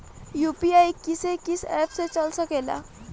UPI किस्से कीस app से चल सकेला?